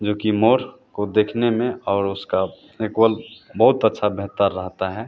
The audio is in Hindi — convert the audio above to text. जोकि मोर को देखने में और उसका इक्वल बहुत अच्छा बेहतर रहता है